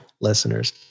listeners